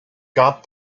got